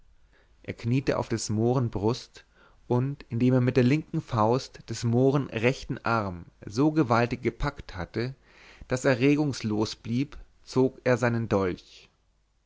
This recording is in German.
er kniete auf des mohren brust und indem er mit der linken faust des mohren rechten arm so gewaltig gepackt hatte daß er regungslos blieb zog er seinen dolch